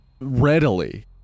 readily